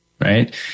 right